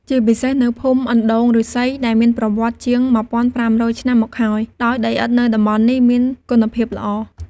ជាពិសេសនៅភូមិអណ្ដូងឫស្សី ដែលមានប្រវត្តិជាង ១,៥០០ ឆ្នាំមកហើយ ដោយដីឥដ្ឋនៅតំបន់នេះមានគុណភាពល្អ។